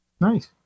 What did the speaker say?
Nice